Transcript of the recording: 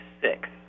six